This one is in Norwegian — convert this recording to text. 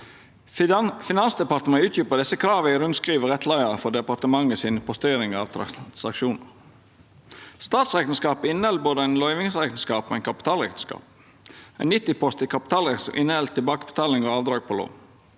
Finansdepartementet har utdjupa desse krava i rundskriv og rettleiar for departementet sine posteringar og transaksjonar. Statsrekneskapen inneheld både ein løyvingsrekneskap og ein kapitalrekneskap. Ein 90-post i kapitalrekneskapen inneheld tilbakebetaling og avdrag på lån.